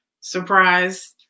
surprise